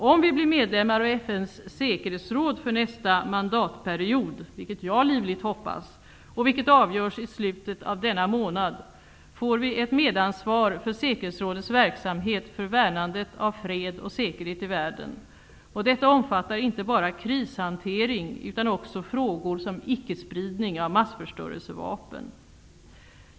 Om vi blir medlemmar av FN:s säkerhetsråd för nästa mandatperiod, vilket jag livligt hoppas -- det avgörs i slutet av denna månad -- får vi ett medansvar för säkerhetsrådets verksamhet för värnandet av fred och säkerhet i världen. Detta omfattar inte bara krishantering utan också frågor som icke-spridning av massförstörelsevapen.